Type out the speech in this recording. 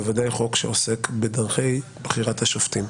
בוודאי חוק שעוסק בדרכי בחירת השופטים,